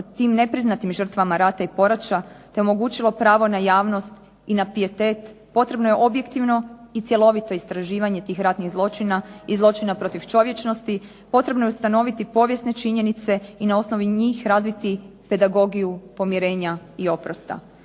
o tim nepriznatim žrtvama rata i poraća te omogućilo pravo na javnost i na pijetet potrebno je objektivno i cjelovito istraživanje tih ratnih zločina i zločina protiv čovječnosti, potrebno je ustanoviti povijesne činjenice i na osnovi njih razviti pedagogiju pomirenja i oprosta.